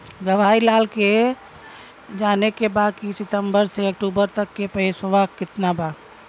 जवाहिर लाल के जाने के बा की सितंबर से अक्टूबर तक के पेसवा कितना बा?